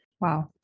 Wow